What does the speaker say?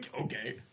Okay